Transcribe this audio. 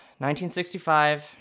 1965